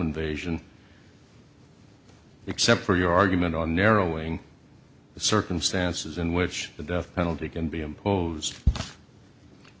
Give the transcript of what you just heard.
invasion except for your argument on narrowing the circumstances in which the death penalty can be imposed